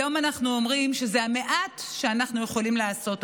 היום אנחנו אומרים שזה המעט שאנחנו יכולים לעשות בעבורם.